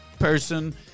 person